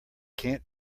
can’t